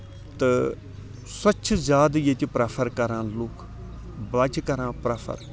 تہٕ سۄ تہِ چھِ زیادٕ ییٚتہِ پریٚفر کران لُکھ بچہِ کران پریٚفر تہٕ